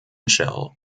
shell